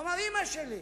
אמא שלי,